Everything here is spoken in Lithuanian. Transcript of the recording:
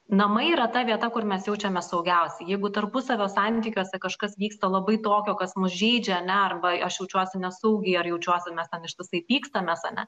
namai yra ta vieta kur mes jaučiamės saugiausiai jeigu tarpusavio santykiuose kažkas vyksta labai tokio kas mus žeidžia ane arba aš jaučiuosi nesaugi ar jaučiuosi mes ten ištisai pykstamės ane